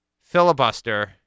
filibuster